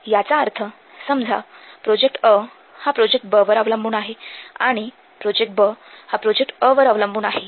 याचा अर्थ समजा प्रोजेक्ट अ हा प्रोजेक्ट ब वर अवलंबून आहे आणि प्रोजेक्ट ब हा प्रोजेक्ट अ वर अवलंबून आहे